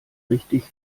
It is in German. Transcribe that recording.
richtig